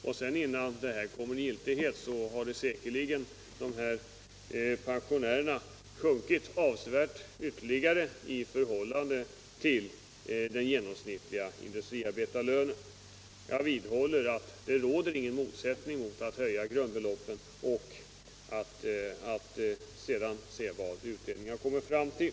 Och innan det får giltighet har säkerligen pensionerna sjunkit avsevärt i förhållande till den genomsnittliga industriarbetarlönen. Jag vidhåller att det inte råder någon motsättning mellan att nu höja grundbeloppen och att vänta på vad utredningen kommer fram till.